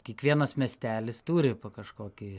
kiekvienas miestelis turi kažkokį